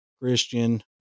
Christian